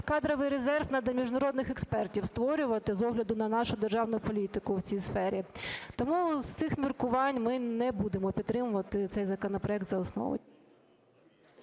кадровий резерв треба, міжнародних експертів, створювати з огляду на нашу державну політику в цій сфері. Тому з цих міркувань ми не будемо підтримувати цей законопроект за основу.